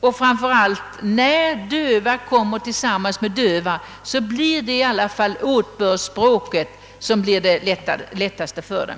Och framför allt: när döva kommer tillsammans med döva är i alla fall åtbördsspråket det lättaste för dem.